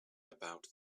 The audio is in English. about